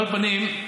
על כל פנים,